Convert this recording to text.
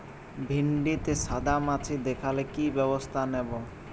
ভিন্ডিতে সাদা মাছি দেখালে কি ব্যবস্থা নেবো?